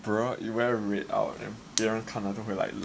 bro you wear red out like 别人看着就会 like